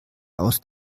aus